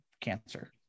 cancer